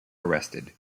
arrested